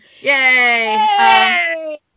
Yay